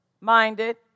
minded